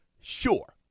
sure